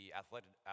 athletic